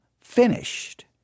finished